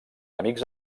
amics